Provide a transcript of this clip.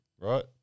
right